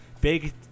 Big